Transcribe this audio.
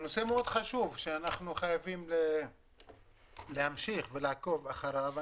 נושא מאוד חשוב שאנחנו חייבים להמשיך ולעקוב אחריו.